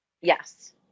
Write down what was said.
Yes